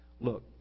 Look